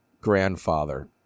grandfather